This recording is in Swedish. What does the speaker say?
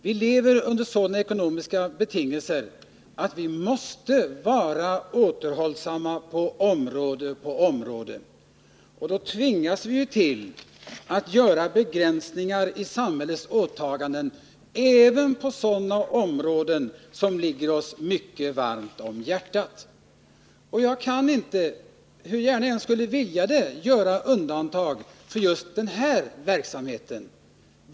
Vi lever under sådana ekonomiska betingelser att vi måste vara återhållsamma på område efter område, och då tvingas vi till begränsningar i samhällets åtaganden, även på sådana områden som ligger oss mycket varmt om hjärtat. Jag kan inte — hur gärna jag än skulle vilja — göra undantag för just den här verksamheten.